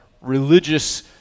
religious